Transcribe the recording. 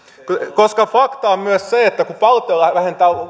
koska fakta on myös se että kun valtio vähentää